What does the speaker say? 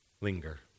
linger